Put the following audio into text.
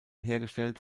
hergestellt